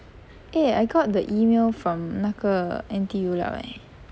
eh I got the email from 那个 N_T_U 了 leh